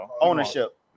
Ownership